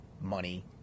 money